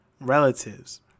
relatives